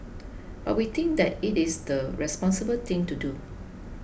but we think that it is the responsible thing to do